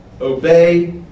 obey